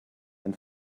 and